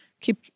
Keep